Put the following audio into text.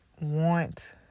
want